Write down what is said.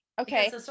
Okay